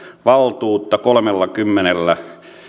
valtuutta kolmellakymmenellä